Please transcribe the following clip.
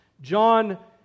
John